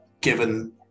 given